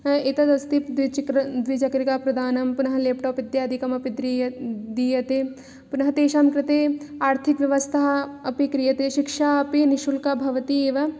एतदस्ति द्विच् द्विचक्रिकाप्रदानं पुनः लेप्टाप् इत्यादिकमपि द्रीय दीयते पुनः तेषां कृते आर्थिकव्यवस्था अपि क्रियते शिक्षा अपि निश्शुल्कं भवति एव